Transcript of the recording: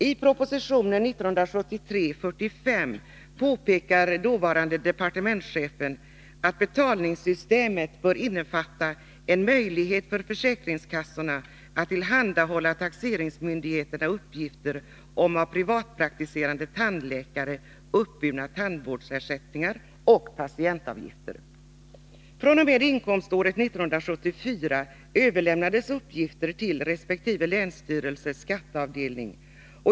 I propositionen 1973:45 påpekar dåvarande departementschefen att betalningssystemet bör innefatta en möjlighet för försäkringskassorna att tillhandahålla taxeringsmyndigheterna uppgifter om av privatpraktiserande tandläkare uppburna tandvårdsersättningar och patientavgifter. fr.o.m. inkomståret 1974 överlämnades uppgifter till resp. länsstyrelsers skatteavdelning.